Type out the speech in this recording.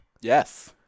Yes